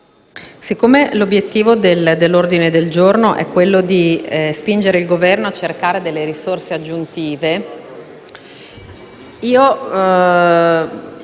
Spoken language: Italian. siccome l'obiettivo dell'ordine del giorno è quello di spingere il Governo a cercare risorse aggiuntive, sono